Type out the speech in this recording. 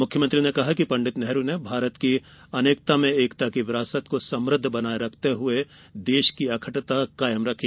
मुख्यमंत्री ने कहा कि पण्डित नेहरू ने भारत की अनेकता में एकता की विरासत को समुद्ध बनाये रखते हुए भारत की अखंडता कायम रखी